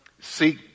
seek